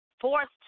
forced